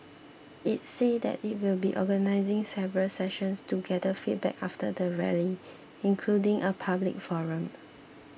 it said that it will be organising several sessions to gather feedback after the Rally including a public forum